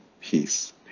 peace